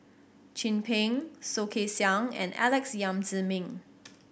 Chin Peng Soh Kay Siang and Alex Yam Ziming